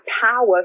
power